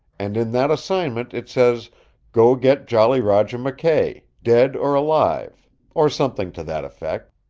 and in that assignment it says go get jolly roger mckay, dead or alive' or something to that effect.